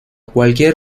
cualquier